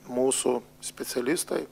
mūsų specialistai